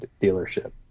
dealership